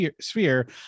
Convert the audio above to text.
sphere